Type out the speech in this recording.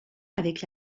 avec